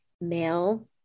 male